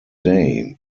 day